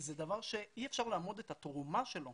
זה דבר שאי אפשר לאמוד את התרומה שלו